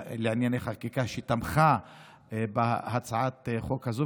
לענייני חקיקה על כך שתמכה בהצעת החוק הזו,